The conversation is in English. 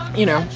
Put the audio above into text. you know,